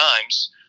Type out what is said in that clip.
times